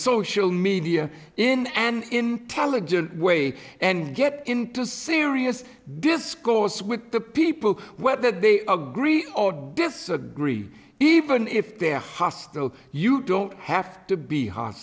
social media in an intelligent way and get into serious discourse with the people whether they agree or disagree even if they're hostile you don't have to be